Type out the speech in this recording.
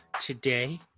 Today